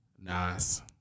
Nice